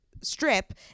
strip